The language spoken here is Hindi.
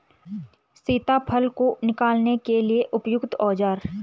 सीताफल को निकालने के लिए उपयुक्त औज़ार?